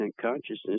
consciousness